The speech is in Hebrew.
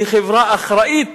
היא חברה שאחראית